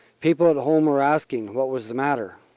people at home were asking what was the matter.